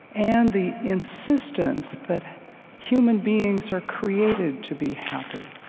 and the insistence that human beings are created to be happy,